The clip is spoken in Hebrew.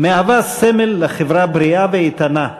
מהווה סמל לחברה בריאה ואיתנה,